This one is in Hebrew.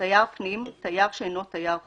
"תייר פנים" תייר שאינו תייר חוץ.